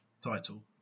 title